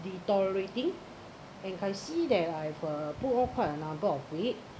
detolerating and like I see that I've uh put quite a number of weight